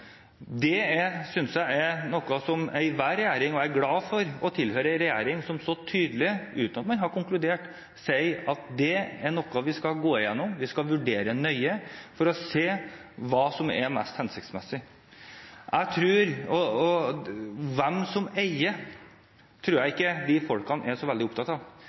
Jeg er glad for å tilhøre en regjering som så tydelig – uten at man har konkludert – sier at det er noe vi skal gå igjennom, som vi skal vurdere nøye, for å se hva som er mest hensiktsmessig. Jeg tror ikke de menneskene er så veldig opptatt av hvem som eier. Jeg tror de er mest opptatt av